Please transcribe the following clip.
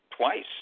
Twice